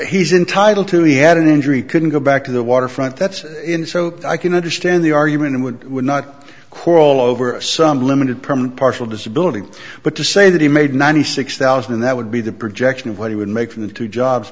he's entitled to he had an injury couldn't go back to the waterfront that's in so i can understand the argument and would not quarrel over some limited permanent partial disability but to say that he made ninety six thousand and that would be the projection of what he would make from two jobs